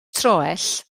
troell